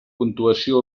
puntuació